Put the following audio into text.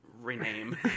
rename